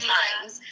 times